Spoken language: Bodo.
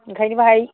ओंखायनो बेवहाय